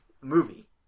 movie